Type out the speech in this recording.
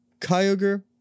Kyogre